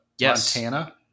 Montana